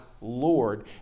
Lord